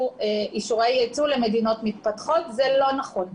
אישורי יצוא למדינות מתפתחות אבל זה לא נכון.